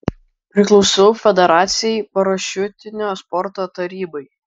priklausau federacijai parašiutinio sporto tarybai